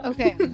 Okay